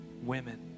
women